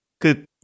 good